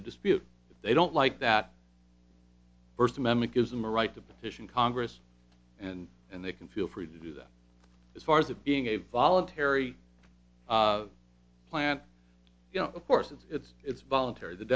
the dispute if they don't like that first amendment gives them a right to petition congress and and they can feel free to do that as far as it being a voluntary plan you know of course it's it's voluntary the